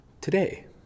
today